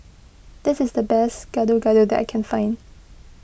this is the best Gado Gado that I can find